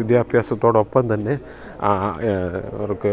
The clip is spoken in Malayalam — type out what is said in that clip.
വിദ്യാഭ്യാസത്തോടൊപ്പം തന്നെ അവർക്ക്